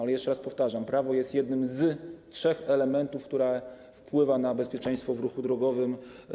Ale jeszcze raz powtarzam, że prawo jest jednym z trzech elementów, które wpływają na bezpieczeństwo w ruchu drogowym.